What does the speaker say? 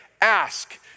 Ask